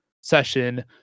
session